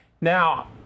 Now